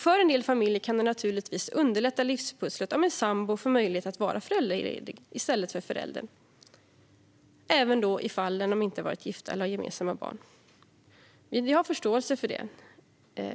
För en del familjer kan det naturligtvis underlätta livspusslet om en sambo får möjlighet att vara föräldraledig i stället för föräldern, även i de fall som de inte har varit gifta eller har gemensamma barn. Jag har förståelse för det.